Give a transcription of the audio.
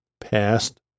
past